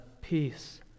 peace